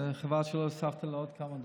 חבל שלא הוספת לה עוד כמה דקות.